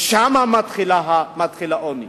שם מתחיל העוני.